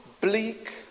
bleak